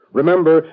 Remember